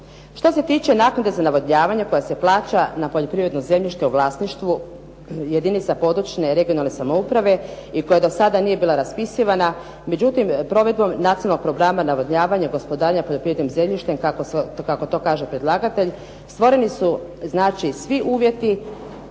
Što se tiče naknade za navodnjavanje koja se plaća na poljoprivredno zemljište u vlasništvu jedinica područne (regionalne) samouprave i koja do sada nije bila raspisivana, međutim provedbom nacionalnog programa navodnjavanja gospodarenja poljoprivrednim zemljištem, kako to kaže predlagatelj, stvoreni su znači svi uvjeti